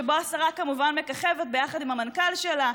שבו השרה כמובן מככבת יחד עם המנכ"ל שלה,